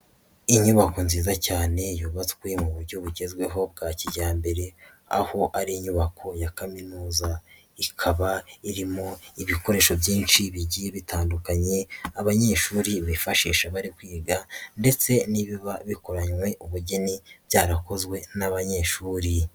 Inyubako nziza cyane yubatswe mu buryo bugezweho bwa kijyambere aho ari inyubako ya kaminuza, ikaba irimo ibikoresho byinshi bigiye bitandukanye abanyeshuri bifashisha bari kwiga ndetse n'ibiba bikoranywe ubugeni byarakozwe n'abanyeshuri.